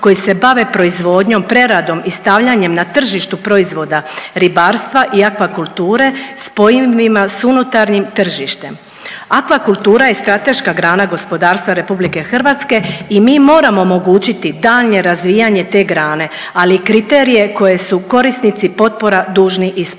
koji se bave proizvodnjom, preradom i stavljanjem na tržištu proizvoda ribarstva i aquakulture spojivima sa unutarnjim tržištem. Aquakultura je strateška grana gospodarstva Republike Hrvatske i mi moramo omogućiti daljnje razvijanje te grane, ali i kriterije koje su korisnici potpora dužni ispuniti.